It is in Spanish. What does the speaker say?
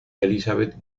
elizabeth